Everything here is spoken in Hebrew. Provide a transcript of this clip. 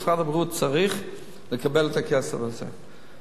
משרד הבריאות צריך לקבל את הכסף הזה.